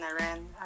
Iran